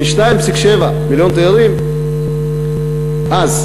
מ-2.7 מיליון תיירים אז,